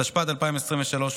התשפ"ד 2023,